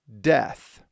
death